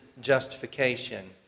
justification